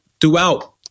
throughout